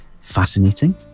fascinating